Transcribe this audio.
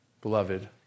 beloved